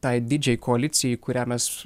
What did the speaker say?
tai didžiajai koalicijai kurią mes